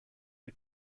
the